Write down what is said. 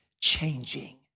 changing